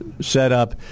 setup